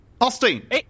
Austin